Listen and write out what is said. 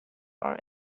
our